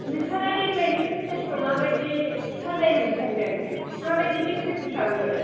नोंथाङा देग्लायनि फ्रेशार्सखौ माबायदि साजायनो सानदों माबायदि डेकरेसन खालामगोन